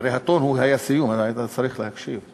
הרי הטון היה סיום, היית צריך להקשיב.